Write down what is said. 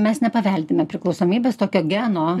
mes nepaveldime priklausomybės tokio geno